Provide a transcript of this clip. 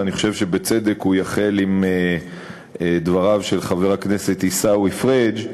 ואני חושב שבצדק הוא יחל בדבריו של חבר הכנסת עיסאווי פריג',